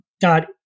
God